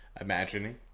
imagining